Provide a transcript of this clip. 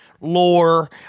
lore